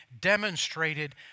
demonstrated